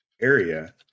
area